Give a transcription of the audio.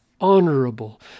honorable